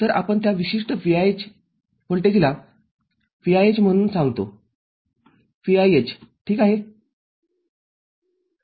तरआपण त्या विशिष्ट व्होल्टेजला VIH म्हणून सांगतो VIH ठीक आहे